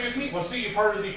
well see you're part of